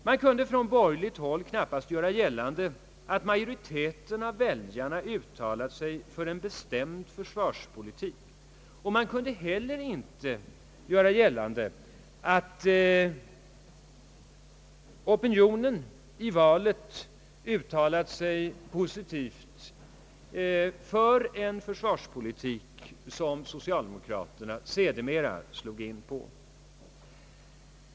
Man kunde från borgerligt håll knappast göra gällande, att majoriteten av väljarna uttalat sig för en bestämd försvarspolitik, och man kunde heller inte göra gällande att opinionen i valet uttalat sig positivt för en försvarspolitik som socialdemokraterna sedermera slog in på.